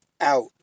out